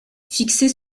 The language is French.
fixées